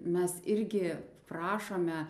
mes irgi prašome